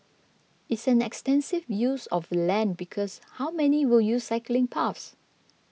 it's an extensive use of land because how many will use cycling paths